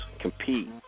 compete